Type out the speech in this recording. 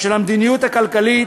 המדיניות הכלכלית